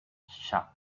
sharp